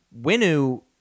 Winu